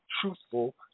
truthful